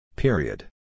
Period